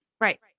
Right